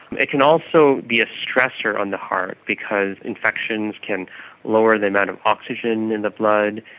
it can also be a stressor on the heart because infections can lower the amount of oxygen in the blood,